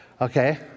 Okay